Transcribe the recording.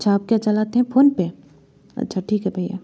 अच्छा क्या चलाते हैं फोनपे अच्छा ठीक है भैया